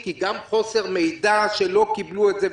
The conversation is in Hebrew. שצריך כי גם חוסר מידע שלא קיבלו את זה,